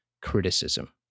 criticism